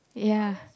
ya